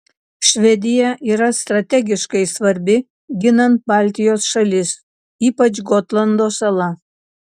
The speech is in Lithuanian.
švedija yra strategiškai svarbi ginant baltijos šalis ypač gotlando sala